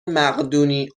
مقدونی